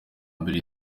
mbere